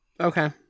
okay